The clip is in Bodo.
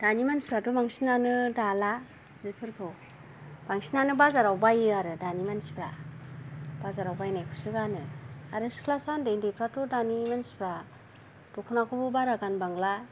दानि मानसिफ्राथ' बांसिनानो दाला जिफोरखौ बांसिनानो बाजाराव बायो आरो दानि मानसिफ्रा बाजाराव बायनायखौसो गानो आरो सिख्लासा उन्दै उन्दैफ्राथ' दानि मानसिफ्रा दख'नाखौबो बारा गानबांला